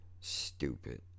stupid